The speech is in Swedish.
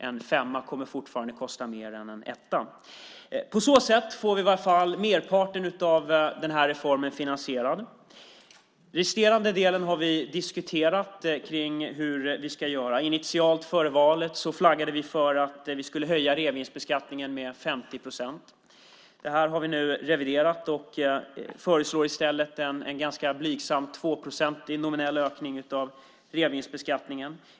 En femma kommer fortfarande att kosta mer än en etta. På så sätt får vi i alla fall merparten av den här reformen finansierad. Beträffande den resterande delen har vi diskuterat hur vi ska göra. Initialt före valet flaggade vi för att vi skulle höja reavinstbeskattningen med 50 procent. Det har vi nu reviderat och föreslår i stället en ganska blygsam 2 procents nominell ökning av reavinsten.